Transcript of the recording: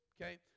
Okay